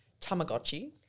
Tamagotchi